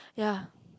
ya